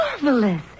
marvelous